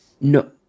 No